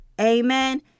Amen